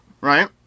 right